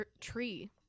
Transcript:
tree